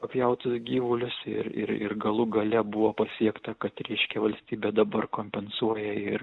papjautus gyvulius ir ir ir galų gale buvo pasiekta kad reiškia valstybė dabar kompensuoja ir